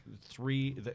three